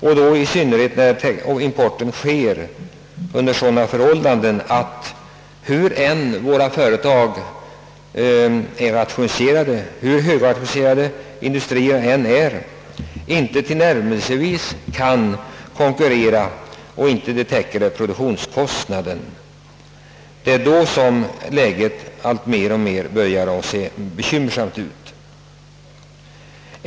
Och det blir desto allvarligare när importen sker i ett läge där våra företag inom textilindustrien inte kan konkurrera, hur högrationaliserade de än är. Det är då det börjar bli verkligt bekymmersamt!